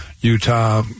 Utah